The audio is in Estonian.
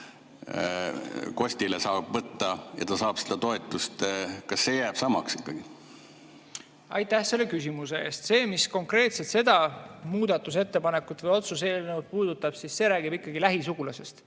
kostile saab võtta ja ta saab seda toetust? Kas see jääb samaks? Aitäh selle küsimuse eest! See, mis konkreetselt seda muudatusettepanekut või otsuse eelnõu puudutab, see räägib lähisugulastest.